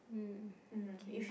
um okay